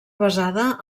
basada